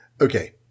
Okay